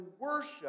worship